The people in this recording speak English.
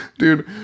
Dude